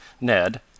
Ned